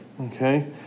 okay